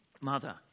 mother